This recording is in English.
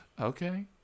Okay